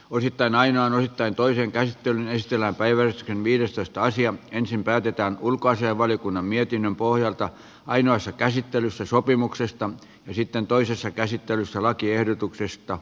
on sitten aina on taitojen käyttöön yhtenä päivänä viidestoista asian ensin päätetään ulkoasiainvaliokunnan mietinnön pohjalta ainoassa käsittelyssä sopimuksesta ja sitten toisessa käsittelyssä lakiehdotuksesta